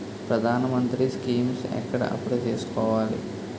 ప్రధాన మంత్రి స్కీమ్స్ ఎక్కడ అప్లయ్ చేసుకోవాలి?